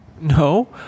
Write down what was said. No